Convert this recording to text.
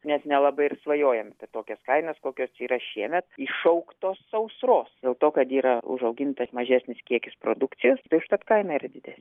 nes nelabai ir svajojom apie tokias kainas kokios yra šiemet iššauktos sausros dėl to kad yra užaugintas mažesnis kiekis produkcijos tai užtat kaina yra dide